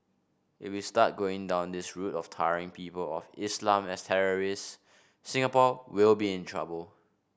if we start going down this route of tarring people of Islam as terrorists Singapore will be in trouble